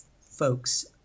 folks